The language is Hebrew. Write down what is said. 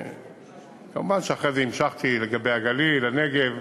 מובן שאחרי זה המשכתי לגבי הגליל, הנגב,